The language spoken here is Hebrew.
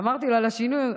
אמרתי לו על השינוי,